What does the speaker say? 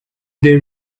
they